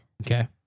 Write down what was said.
Okay